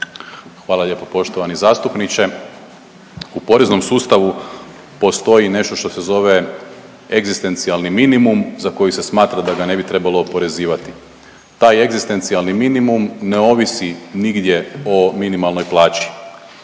Hvala lijepo poštovani zastupniče. U poreznom sustavu postoji nešto što se zove egzistencijalni minimum za kojeg se smatra da ga ne bi trebalo oporezivati. Taj egzistencijalni minimum ne ovisi nigdje o minimalnoj plaći.